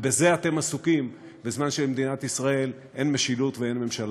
ובזה אתם עסוקים בזמן שבמדינת ישראל אין משילות ואין ממשלה.